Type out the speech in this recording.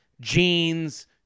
jeans